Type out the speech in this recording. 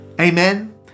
Amen